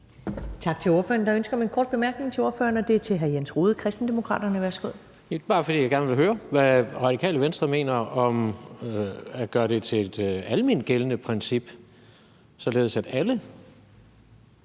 Tak til ordføreren. Der er ønske om en kort bemærkning til ordføreren, og det er fra hr. Jens Rohde, Kristendemokraterne. Værsgo.